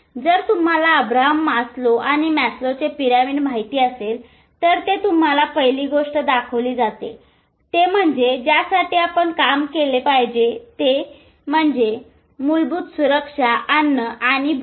जर तुम्हाला Abraham Maslow आणि मॅस्लोचे पिरॅमिड माहीत असेल तर ते तुम्हाला पहिली गोष्ट दाखवली जाते ते म्हणजे ज्यासाठी आपण काम केले पाहिजे ते म्हणजे मूलभूत सुरक्षा अन्न आणि भूक